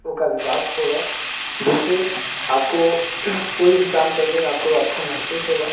वो का विकास होगा जिससे आपको कोई भी काम करने में आपको अच्छा महसूस होगा